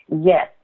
Yes